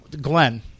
Glenn